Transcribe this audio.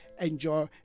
Enjoy